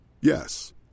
Yes